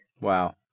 Wow